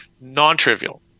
non-trivial